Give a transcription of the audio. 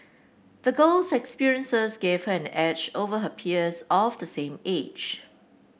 the girl's experiences gave her an edge over her peers of the same age